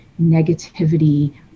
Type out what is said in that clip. negativity